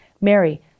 Mary